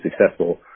successful